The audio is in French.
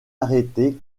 arrêté